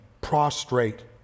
prostrate